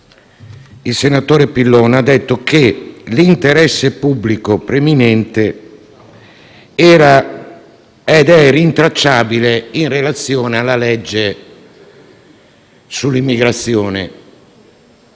il senatore Pillon ha detto che l'interesse pubblico preminente era ed è rintracciabile in relazione alla legge sull'immigrazione,